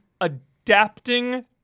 adapting